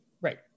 Right